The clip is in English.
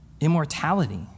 immortality